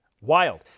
wild